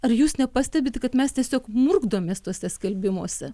ar jūs nepastebite kad mes tiesiog murkdomės tuose skelbimuose